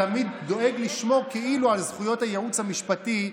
תמיד דואג לשמור כאילו על זכויות הייעוץ המשפטי,